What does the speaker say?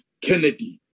Kennedy